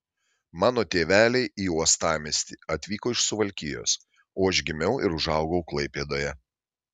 mano tėveliai į uostamiestį atvyko iš suvalkijos o aš gimiau ir užaugau klaipėdoje